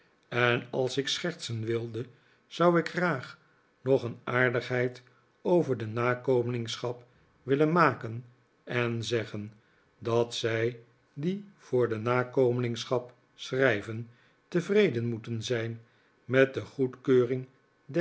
en als ik schertsen wilde zou ik graag nog een aardigheid over de nakomelingschap willen maken en zeggen dat zij die voor de nakomelingschap schrijven tevreden moeten zijn met de goedkeuring